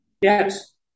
Yes